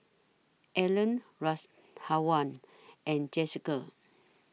Allan Rashawn and Jesica